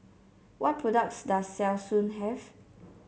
what products does Selsun have